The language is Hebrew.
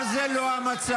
--- אבל זה לא המצב,